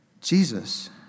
Jesus